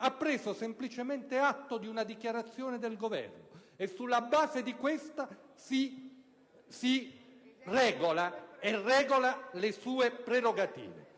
ha preso semplicemente atto di una dichiarazione del Governo e sulla base di questa si regola e regola le sue prerogative.